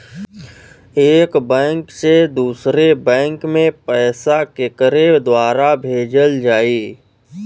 एक बैंक से दूसरे बैंक मे पैसा केकरे द्वारा भेजल जाई?